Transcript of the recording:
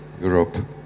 Europe